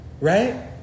right